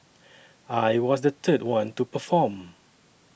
I was the third one to perform